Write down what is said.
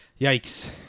Yikes